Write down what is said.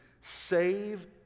save